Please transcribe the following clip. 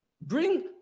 bring